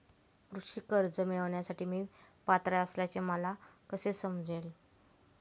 कृषी कर्ज मिळविण्यासाठी मी पात्र असल्याचे मला कसे समजेल?